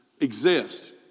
exist